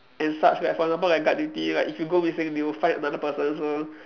and such like for example like guard duty like if you go missing they will find another person so